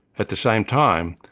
at the same time,